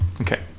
Okay